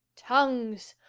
tongues,